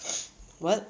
what